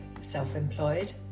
self-employed